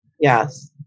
Yes